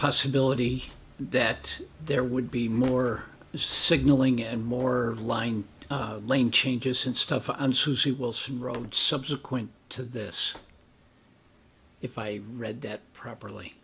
possibility that there would be more signaling and more lines lane changes in stuff and suzy wilson wrote subsequent to this if i read that properly